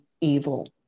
evil